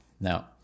Now